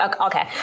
okay